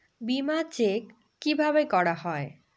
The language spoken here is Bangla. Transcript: বিমা চেক কিভাবে করা হয়?